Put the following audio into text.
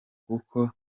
kuko